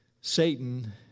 Satan